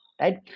right